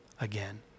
again